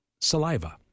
saliva